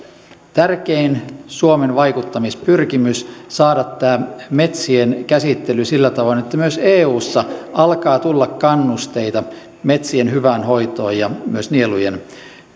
tärkein suomen vaikuttamispyrkimys saada tämä metsien käsittely sillä tavoin että myös eussa alkaa tulla kannusteita metsien hyvään hoitoon ja myös nielujen